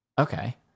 okay